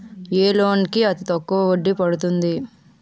ఏ loan కి అతి తక్కువ వడ్డీ పడుతుంది?